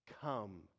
Come